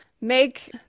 make